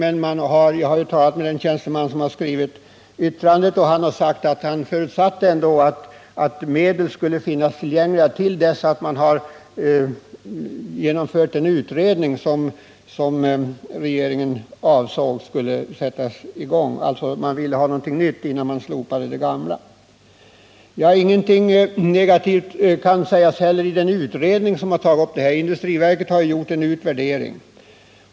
Jag har talat med den tjänsteman som har skrivit yttrandet, och han har sagt att man förutsatte att medel skulle finnas tillgängliga till dess den utredning genomförts som regeringen avsåg skulle sättas i gång. Man ville alltså ha någonting nytt innan man slopade det gamla. Ingenting negativt finns heller i den utredning som har tagit upp dessa frågor. Industriverket har gjort en utvärdering.